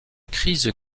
crise